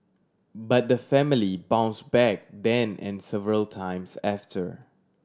but the family bounce back then and several times after